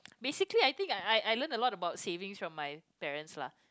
basically I think I I learn a lot about savings from my parents lah